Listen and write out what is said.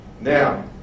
now